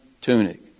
tunic